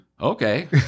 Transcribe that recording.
okay